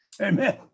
Amen